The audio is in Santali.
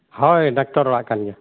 ᱦᱳᱭ ᱰᱟᱠᱛᱟᱨ ᱚᱲᱟᱜ ᱠᱟᱱ ᱜᱮᱭᱟ